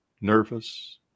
nervous